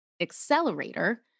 accelerator